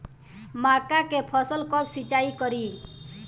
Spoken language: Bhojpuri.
मका के फ़सल कब सिंचाई करी?